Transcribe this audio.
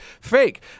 fake